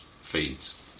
feeds